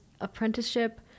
apprenticeship